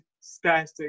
static